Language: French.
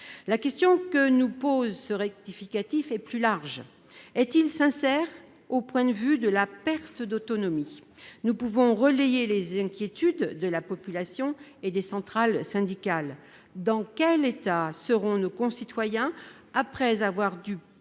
la sécurité sociale est plus large : ce texte est-il sincère du point de vue de la perte d'autonomie ? Nous pouvons relayer les inquiétudes de la population et des centrales syndicales : dans quel état seront nos concitoyens après avoir dû